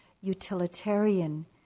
utilitarian